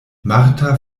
marta